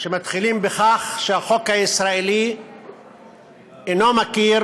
שמתחילים בכך שהחוק הישראלי אינו מכיר